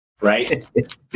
right